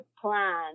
plan